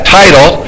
title